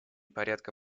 порядка